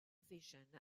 vision